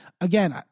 again